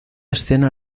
escena